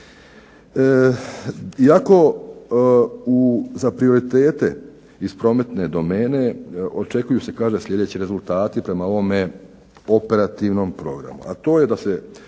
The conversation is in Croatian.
Iako za prioritete iz prometne domene, očekuju se sljedeći rezultati prema ovome operativnom programu. A to je da se